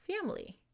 family